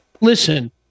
Listen